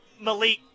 Malik